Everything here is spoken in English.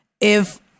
if-